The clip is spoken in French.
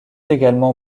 également